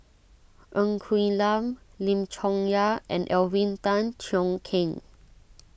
Ng Quee Lam Lim Chong Yah and Alvin Tan Cheong Kheng